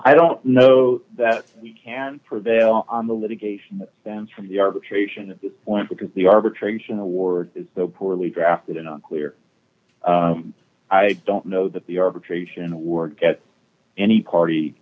i don't know that we can prevail on the litigation that stems from the arbitration at this point because the arbitration award is so poorly drafted in a clear i don't know that the arbitration or get any party